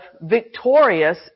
victorious